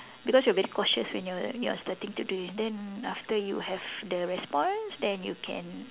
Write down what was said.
because you are a bit cautious when you're you're starting to do and then after you have the response then you can